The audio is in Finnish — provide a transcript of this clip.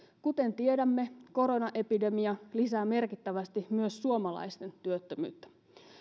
kuten tiedämme koronaepidemia lisää merkittävästi myös suomalaisten työttömyyttä